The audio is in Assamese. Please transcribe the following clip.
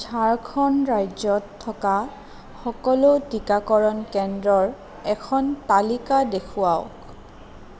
ঝাৰখণ্ড ৰাজ্যত থকা সকলো টিকাকৰণ কেন্দ্ৰৰ এখন তালিকা দেখুৱাওক